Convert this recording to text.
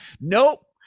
nope